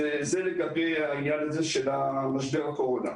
זה לגבי העניין הזה של משבר הקורונה.